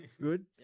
Good